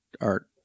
art